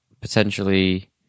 potentially